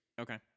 Okay